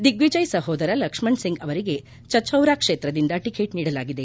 ದಿಗ್ನಿಜಯ್ ಸಹೋದರ ಲಕ್ಷಣ್ ಸಿಂಗ್ ಅವರಿಗೆ ಚಚೌರಾ ಕ್ಷೇತ್ರದಿಂದ ಟಿಕೆಟ್ ನೀಡಲಾಗಿದೆ